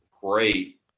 great